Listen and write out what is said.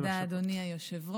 תודה, אדוני היושב-ראש.